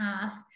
half